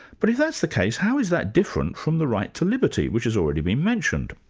but if that's the case, how is that different from the right to liberty, which has already been mentioned?